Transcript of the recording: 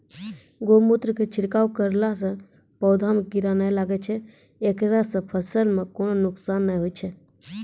गोमुत्र के छिड़काव करला से पौधा मे कीड़ा नैय लागै छै ऐकरा से फसल मे कोनो नुकसान नैय होय छै?